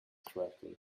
correctly